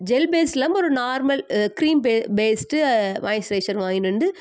gel பேஸில் நம்ம ஒரு normal cream base based moisturiser வாங்கின்னு வந்து